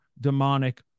demonic